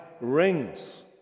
rings